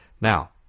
Now